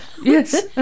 Yes